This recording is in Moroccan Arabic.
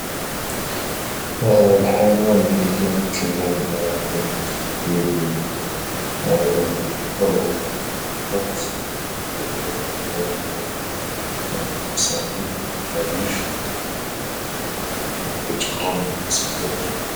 الحيوان اللي كيمتلني وكيمتل الشخصية ديالي على النحو الأفضل هو القط لحقاش القط هو حيوان اللي هو مسالم او اليف و كيتقرب من الناس